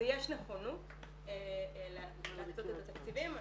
ויש נכונות להקצות את התקציבים.